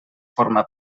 forma